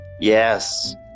Yes